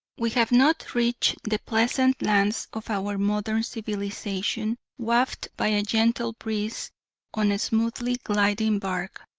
we have not reached the pleasant lands of our modern civilisation wafted by a gentle breeze on a smoothly gliding bark,